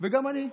וגם אני.